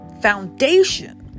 foundation